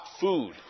food